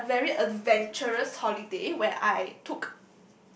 had a very adventurous holiday where I took